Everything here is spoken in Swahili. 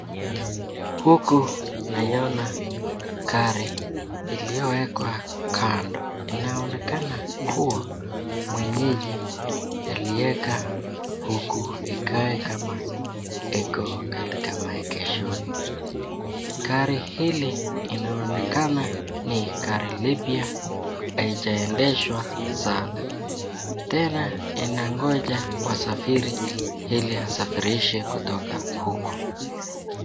Huku naona gari iliyowekwa kando. Inaonekana kuwa mwenyeji aliweka huku ikae kama iko katika maegeshoni. Gari hili inaonekana ni gari lipia haijaendeshwa sana. Tena inangoja wasafiri ili yasafirishe kutoka huku.